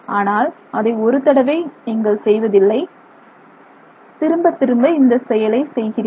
ஆனால் அதை ஒரு தடவை உங்கள் செய்வதில்லை நீங்கள் திரும்பத் திரும்ப இந்த செயலை செய்கிறீர்கள்